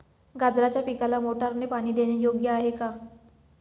गाजराच्या पिकाला मोटारने पाणी देणे योग्य आहे का?